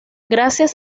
gracias